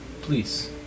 please